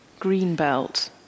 Greenbelt